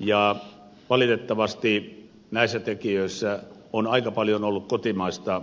ja valitettavasti näissä tekijöissä on aika paljon ollut kotimaista ajelehtimista